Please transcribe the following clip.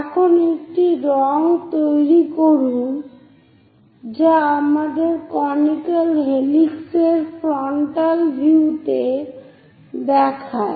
এখন একটি রঙ তৈরি করুন যা আমাদের কনিক্যাল হেলিক্স এর ফ্রন্টাল ভিউতে দেখায়